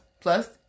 Plus